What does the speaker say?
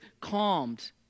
calmed